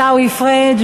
עיסאווי פריג',